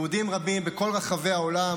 יהודים רבים בכל רחבי העולם,